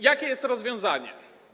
Jakie jest rozwiązanie?